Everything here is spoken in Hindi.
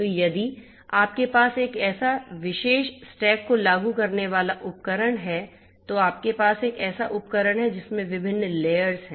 तो यदि आपके पास एक विशेष स्टैक को लागू करने वाला एक उपकरण है तो आपके पास एक ऐसा उपकरण है जिसमें विभिन्न लेयर्स हैं